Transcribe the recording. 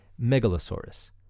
Megalosaurus